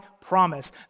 promise